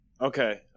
Okay